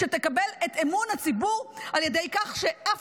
שתקבל את אמון הציבור על ידי כך שאף